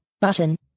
button